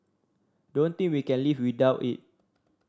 don't think we can live without it